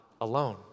alone